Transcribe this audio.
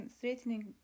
threatening